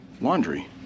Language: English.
laundry